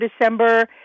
December